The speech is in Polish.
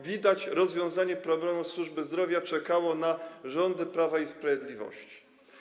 Widać rozwiązanie problemów służby zdrowia czekało na rządy Prawa i Sprawiedliwości.